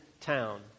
town